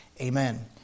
Amen